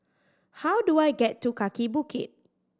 how do I get to Kaki Bukit